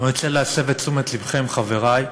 אני רוצה להסב את תשומת לבכם, חברי,